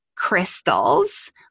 crystals